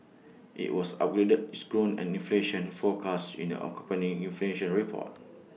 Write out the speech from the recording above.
IT was upgraded its growth and inflation forecast in the accompanying inflation report